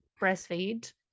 breastfeed